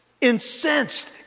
incensed